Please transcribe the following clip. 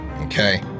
Okay